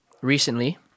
recently